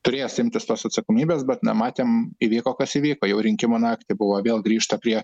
turės imtis tos atsakomybės bet na matėm įvyko kas įvyko jau rinkimų naktį buvo vėl grįžta prie